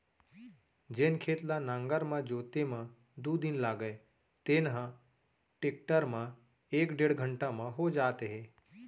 जेन खेत ल नांगर म जोते म दू दिन लागय तेन ह टेक्टर म एक डेढ़ घंटा म हो जात हे